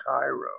Cairo